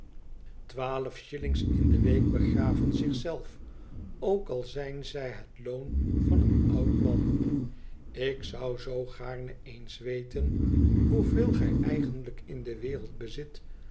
twaalf shillings in de week begraven zich zelf ook al zijn zij het loon van een oud man ik zou zoo gaarne eens weten hoeveel gij eigenlijk in de wereld bezit